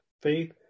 Faith